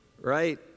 Right